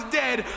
dead